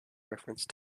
reference